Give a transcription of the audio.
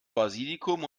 basilikum